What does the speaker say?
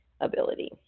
ability